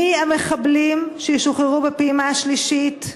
1. מי הם המחבלים שישוחררו בפעימה השלישית?